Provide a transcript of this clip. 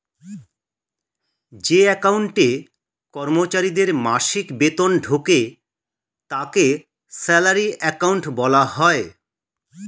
যে অ্যাকাউন্টে কর্মচারীদের মাসিক বেতন ঢোকে তাকে স্যালারি অ্যাকাউন্ট বলা হয়